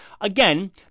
again